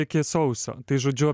iki sausio tai žodžiu